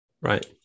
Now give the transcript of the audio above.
right